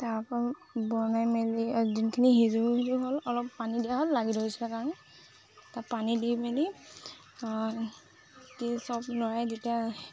তাৰপা বনাই মেলি যোনখিনি সিজো সিজো হ'ল অলপ পানী দিয়া হ'ল লাগি ধৰিছিলে কাৰণে তাত পানী দি মেলি দি চব লৰাই যেতিয়া